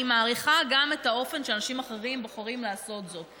אני מעריכה גם את האופן שאנשים אחרים בוחרים לעשות זאת.